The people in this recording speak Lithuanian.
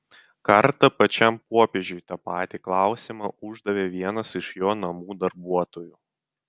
kartą pačiam popiežiui tą patį klausimą uždavė vienas iš jo namų darbuotojų